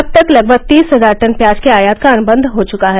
अब तक लगभग तीस हजार टन प्याज के आयात का अनुबंध हो चुका है